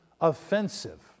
Offensive